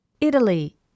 Italy